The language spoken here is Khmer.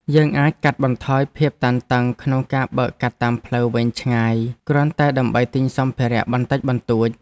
យើងអាចកាត់បន្ថយភាពតានតឹងក្នុងការបើកកាត់តាមផ្លូវវែងឆ្ងាយគ្រាន់តែដើម្បីទិញសម្ភារៈបន្តិចបន្តួច។